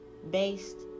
based